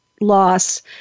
loss